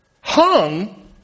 hung